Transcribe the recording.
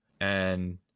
And-